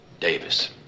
Davis